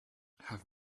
have